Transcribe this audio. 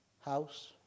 house